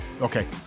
Okay